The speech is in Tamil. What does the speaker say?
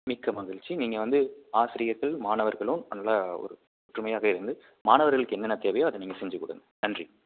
மிக்க மகிழ்ச்சி நீங்கள் வந்து ஆசிரியர்கள் மாணவர்களும் நல்லா ஒரு ஒற்றுமையாக இருந்து மாணவர்களுக்கு என்னென்ன தேவையோ அதை நீங்கள் செஞ்சிக் கொடுங்க நன்றி